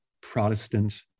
Protestant